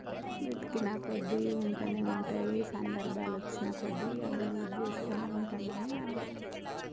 వెతికినకొద్దీ ఉంటనే ఉంటాయి సందర్భాలొచ్చిన కొద్దీ అవి యూజ్ చేస్తూనే ఉంటాం కానీ అన్నీ